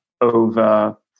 over